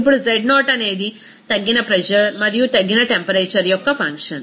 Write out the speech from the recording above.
ఇప్పుడు z0 అనేది తగ్గిన ప్రెజర్ మరియు తగ్గిన టెంపరేచర్ యొక్క ఫంక్షన్